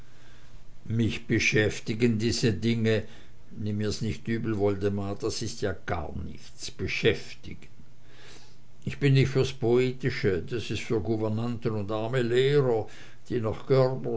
mich beschäftigen diese dinge nimm mir's nicht übel woldemar das ist ja gar nichts beschäftigen ich bin nicht fürs poetische das ist für gouvernanten und arme lehrer die nach